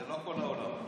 זה לא כל העולם, זה אתם.